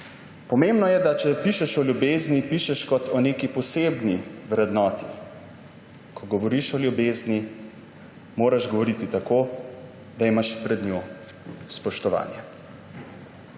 Pomembno je, da če pišeš o ljubezni, pišeš kot o neki posebni vrednoti. Ko govoriš o ljubezni, moraš govoriti tako, da imaš pred njo spoštovanje.«